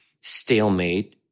stalemate